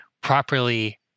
properly